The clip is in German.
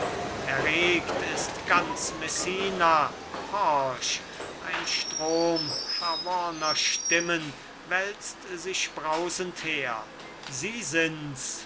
erregt ist ganz messina horch ein strom verworrner stimmen wälzt sich brausend her sie sind's